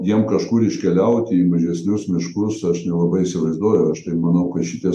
jiem kažkur iškeliauti į mažesnius miškus aš nelabai įsivaizduoju aš tai manau kad šitie